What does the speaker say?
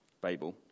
Babel